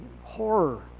horror